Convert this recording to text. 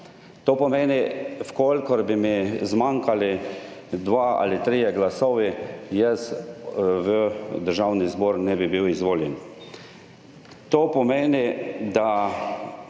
to pomeni, če bi mi zmanjkala dva ali trije glasovi, jaz v Državni zbor ne bi bil izvoljen.